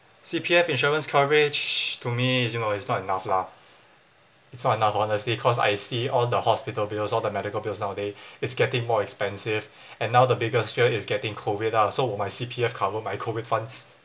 C_P_F insurance coverage to me is you know it's not enough lah it's not enough honestly cause I see all the hospital bills all the medical bills nowaday it's getting more expensive and now the biggest fear is getting COVID ah so will my C_P_F cover my COVID funds